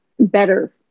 Better